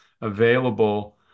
available